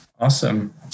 Awesome